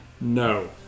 No